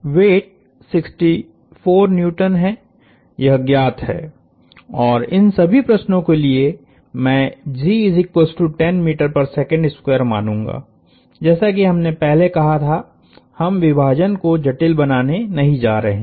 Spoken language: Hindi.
वेट 64N है यह ज्ञात है और इन सभी प्रश्नो के लिए मैंमानूंगा जैसा कि हमने पहले कहा था हम विभाजन को जटिल बनाने नहीं जा रहे हैं